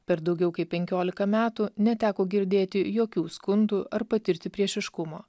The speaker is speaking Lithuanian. per daugiau kaip penkiolika metų neteko girdėti jokių skundų ar patirti priešiškumo